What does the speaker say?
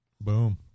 Boom